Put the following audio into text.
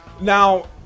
Now